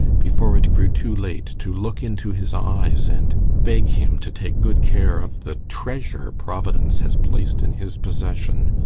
before it grew too late, to look into his eyes and beg him to take good care of the treasure providence has placed in his possession.